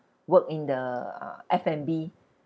work in the uh F&B